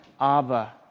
Abba